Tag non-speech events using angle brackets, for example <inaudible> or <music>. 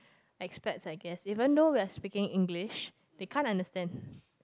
expats I guess even though we are speaking English they can't understand <breath>